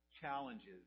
challenges